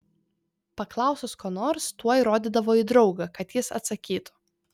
paklausus ko nors tuoj rodydavo į draugą kad jis atsakytų